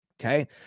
Okay